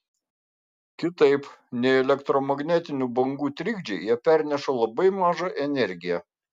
kitaip nei elektromagnetinių bangų trikdžiai jie perneša labai mažą energiją